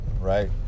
right